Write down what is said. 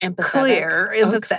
clear